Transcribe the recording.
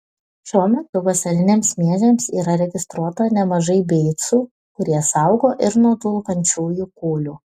šiuo metu vasariniams miežiams yra registruota nemažai beicų kurie saugo ir nuo dulkančiųjų kūlių